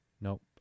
Nope